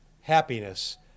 happiness